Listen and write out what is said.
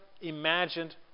imagined